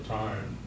time